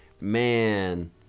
man